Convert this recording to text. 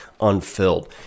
unfilled